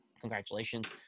congratulations